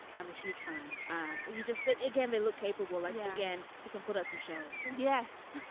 i'm a huge fan. ah he just they again they look capable like again he can put up some shelves and yes